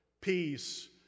peace